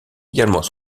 également